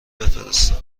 بفرستم